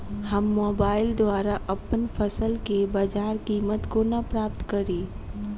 हम मोबाइल द्वारा अप्पन फसल केँ बजार कीमत कोना प्राप्त कड़ी?